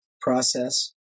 process